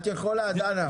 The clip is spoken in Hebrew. את יכולה, דנה.